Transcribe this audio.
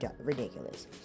ridiculous